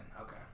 Okay